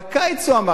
בקיץ הוא אמר את זה.